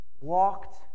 walked